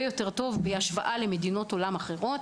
יותר טוב בהשוואה למדינות עולם אחרות.